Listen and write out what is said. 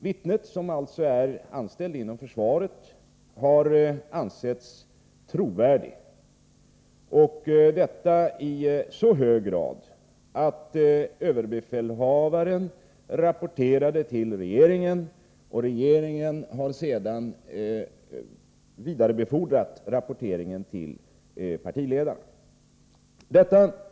Vittnet, som är anställd inom försvaret, har ansetts trovärdig och detta i så hög grad att överbefälhavaren rapporterade till regeringen, som sedan har vidarebefordrat rapporten till partiledarna.